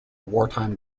wartime